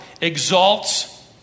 exalts